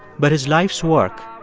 but his life's work,